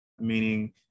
meaning